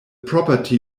property